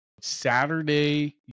saturday